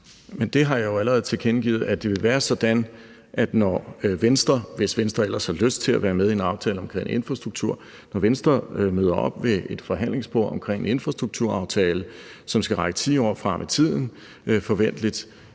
Men jeg har jo allerede tilkendegivet, at det vil være sådan, at når Venstre – hvis Venstre ellers har lyst til at være med i en aftale omkring infrastruktur – møder op ved et forhandlingsbord omkring en infrastrukturaftale, som forventeligt skal række 10 år frem i tiden, så vil